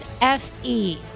F-E